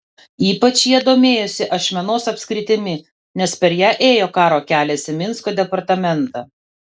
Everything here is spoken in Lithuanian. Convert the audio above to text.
ypač jie domėjosi ašmenos apskritimi nes per ją ėjo karo kelias į minsko departamentą